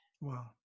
Wow